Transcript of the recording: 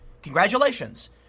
Congratulations